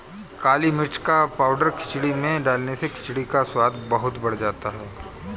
काली मिर्च का पाउडर खिचड़ी में डालने से खिचड़ी का स्वाद बहुत बढ़ जाता है